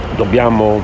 dobbiamo